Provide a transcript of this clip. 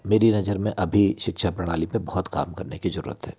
मेरी नज़र में अभी शिक्षा प्रणाली पर बहुत काम करने की ज़रूरत है